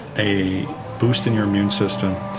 a boost in your immune system,